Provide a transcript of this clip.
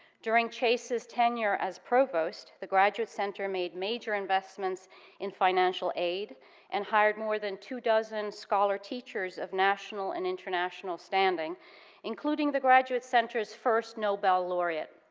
during chase's tenure as provost the graduate center made major investments in financial aid and hired more than two dozen scholar teachers of national and international standing including the graduate center's first nobel laureate.